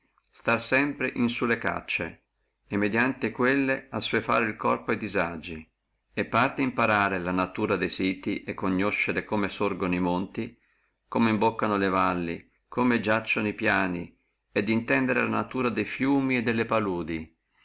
stare sempre in sulle caccie e mediante quelle assuefare el corpo a disagi e parte imparare la natura de siti e conoscere come surgono e monti come imboccano le valle come iacciono e piani et intendere la natura de fiumi e de paduli